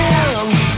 end